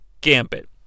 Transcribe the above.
gambit